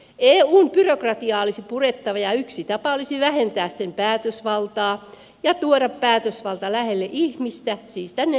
eun byrokra tiaa olisi purettava ja yksi tapa olisi vähentää sen päätösvaltaa ja tuoda päätösvalta lähelle ihmistä siis tänne eduskuntaan